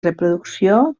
reproducció